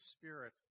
spirit